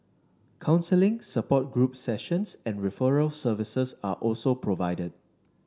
counselling support group sessions and referral services are also provided